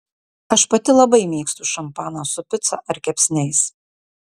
aš pati labai mėgstu šampaną su pica ar kepsniais